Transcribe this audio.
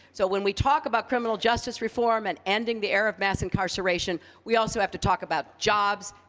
so, when we talk about criminal justice reform, and ending the era of mass incarceration, we also have to talk about jobs,